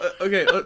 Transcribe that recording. Okay